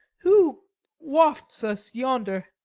who wafts us yonder?